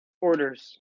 orders